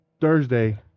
Thursday